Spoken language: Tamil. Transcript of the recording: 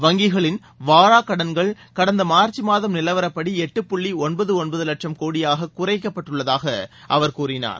வங்கிகளின் வாராக் கடன்கள் கடந்த மார்ச் மாதம் நிலவரப்படி எட்டு புள்ளி ஒன்பது ஒன்பது லட்சம் கோடியாக குறைக்கப்பட்டுள்ளதாக அவர் கூறினார்